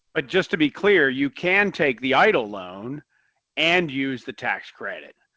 but just to be clear, you can take the eitl loan and use the tax credit.